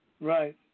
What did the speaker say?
Right